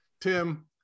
Tim